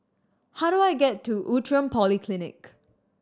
how do I get to Outram Polyclinic